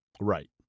Right